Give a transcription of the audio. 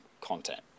content